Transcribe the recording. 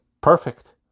perfect